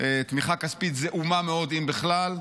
תמיכה כספית זעומה מאוד אם בכלל.